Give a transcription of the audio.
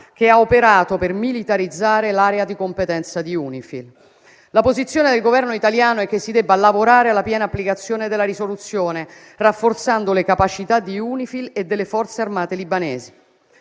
che ha operato per militarizzare l'area di competenza di UNIFIL. La posizione del Governo italiano è che si debba lavorare alla piena applicazione della risoluzione, rafforzando le capacità di UNIFIL e delle forze armate libanesi.